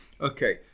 Okay